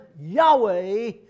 Yahweh